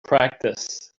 practice